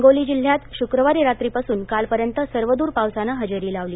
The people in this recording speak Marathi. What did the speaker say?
हिंगोली जिल्ह्यात श्क्रवारी रात्रीपासून कालपर्यंत सर्वदूर पावसानं हजेरी लावली